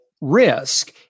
risk